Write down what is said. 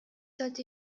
sollte